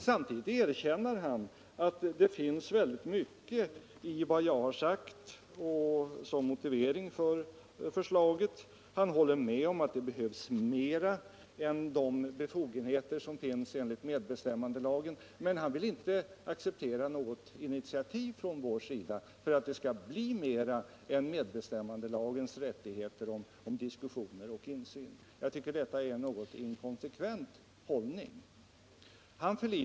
Samtidigt erkänner han emellertid att det finns mycket i vad jag har sagt som motivering för förslaget, och han håller med om att det behövs mera än bara de befogenheter som finns enligt medbestämmandelagen, men han vill inte acceptera något initiativ från vår sida för att det skall bli något mera än medbestämmandelagens rättigheter om diskussioner och insyn. Han förlitar sig i stället på en advokat eller en kronofogde.